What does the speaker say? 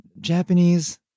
Japanese